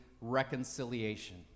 reconciliation